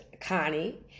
Connie